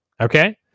Okay